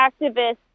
activists